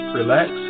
relax